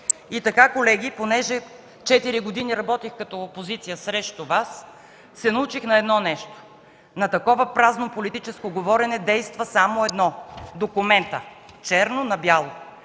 И така, колеги, понеже четири години работех като опозиция срещу Вас, се научих на едно нещо: на такова празно политическо говорене действа само едно – документът, черно на бяло.